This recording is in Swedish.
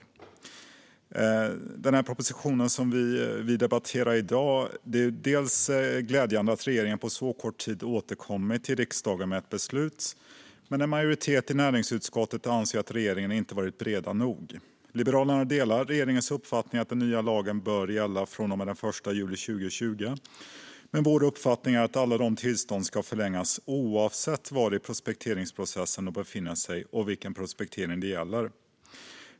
När det gäller den proposition som vi nu debatterar är det glädjande att regeringen på så kort tid återkommit till riksdagen med ett förslag, men en majoritet i näringsutskottet anser att regeringen inte har varit bred nog. Liberalerna delar regeringens uppfattning att den nya lagen bör gälla från och med den 1 juli 2020, men vår uppfattning är att alla tillstånd ska förlängas oavsett var i prospekteringsprocessen de befinner sig och vilken prospektering det gäller.